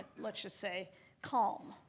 let's just say calm,